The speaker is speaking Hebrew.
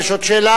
יש עוד שאלה,